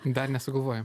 dar nesugalvojai